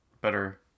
better